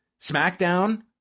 SmackDown